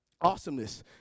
Awesomeness